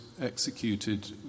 executed